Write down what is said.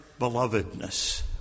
belovedness